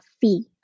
fee